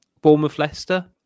Bournemouth-Leicester